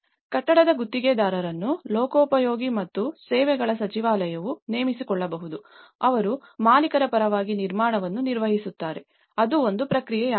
ಮತ್ತು ಕಟ್ಟಡದ ಗುತ್ತಿಗೆದಾರನನ್ನು ಲೋಕೋಪಯೋಗಿ ಮತ್ತು ಸೇವೆಗಳ ಸಚಿವಾಲಯವು ನೇಮಿಸಿಕೊಳ್ಳಬಹುದು ಅವರು ಮಾಲೀಕರ ಪರವಾಗಿ ನಿರ್ಮಾಣವನ್ನು ನಿರ್ವಹಿಸುತ್ತಾರೆ ಅದು ಒಂದು ಪ್ರಕ್ರಿಯೆಯಾಗಿದೆ